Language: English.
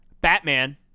Batman